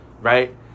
Right